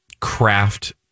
craft